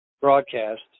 broadcast